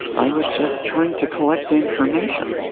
i was just trying to collect information.